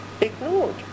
ignored